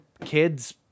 kids